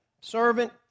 servant